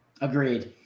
Agreed